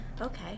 Okay